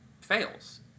fails